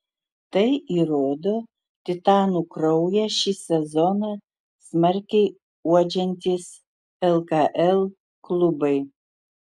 tai įrodo titanų kraują šį sezoną smarkiai uodžiantys lkl klubai